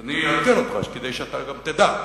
אז אני אעדכן אותך, כדי שאתה גם תדע.